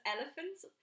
elephants